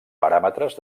paràmetres